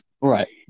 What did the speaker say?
Right